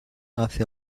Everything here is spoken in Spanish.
hace